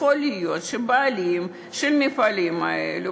יכול להיות שהבעלים של המפעלים האלה,